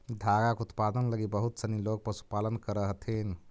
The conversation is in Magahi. धागा के उत्पादन लगी बहुत सनी लोग पशुपालन करऽ हथिन